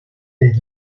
del